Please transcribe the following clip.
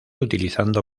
utilizando